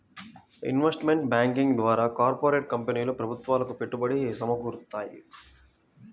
investment banking ద్వారా corporate కంపెనీలు ప్రభుత్వాలకు పెట్టుబడి సమకూరుత్తాయి